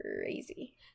crazy